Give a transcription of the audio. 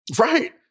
right